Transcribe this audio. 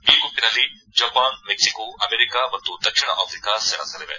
B ಗುಂಪಿನಲ್ಲಿ Japan Mexico America ಮತ್ತು ದಕ್ಷಿಣ ಆಫ್ರಿಕಾ ಸೆಣಸಲಿವೆ